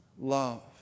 love